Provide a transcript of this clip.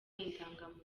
indangamuntu